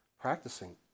practicing